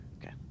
Okay